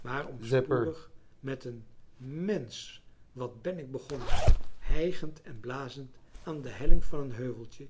maar om spoedig met een mensch wat ben ik begonnen hijgend en blazend aan de helling van een heuveltje